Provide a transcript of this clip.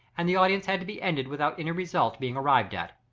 and the audience had to be ended without any result being arrived at.